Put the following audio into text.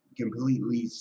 completely